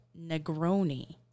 Negroni